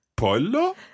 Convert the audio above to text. Pollo